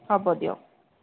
হ'ব দিয়ক